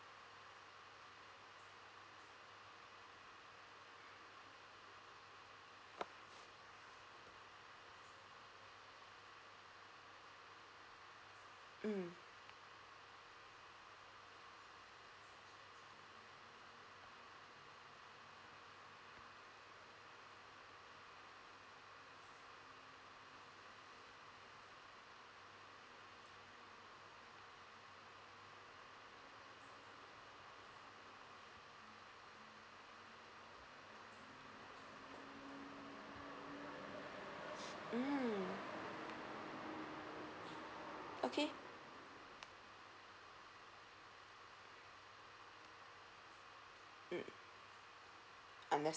mm mm okay mm understand